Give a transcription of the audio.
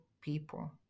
people